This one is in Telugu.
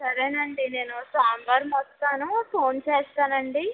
సరేనండి నేను సోమవారం వస్తాను ఫోన్ చేస్తానండి